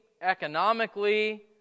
economically